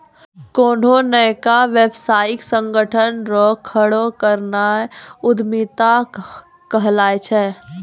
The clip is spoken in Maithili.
कोन्हो नयका व्यवसायिक संगठन रो खड़ो करनाय उद्यमिता कहलाय छै